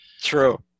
True